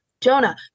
Jonah